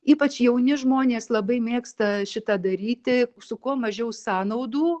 ypač jauni žmonės labai mėgsta šitą daryti su kuo mažiau sąnaudų